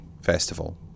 festival